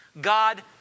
God